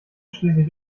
schließlich